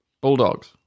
Bulldogs